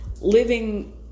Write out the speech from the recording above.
living